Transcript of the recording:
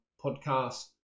podcast